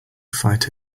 fight